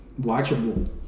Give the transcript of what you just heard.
watchable